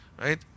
right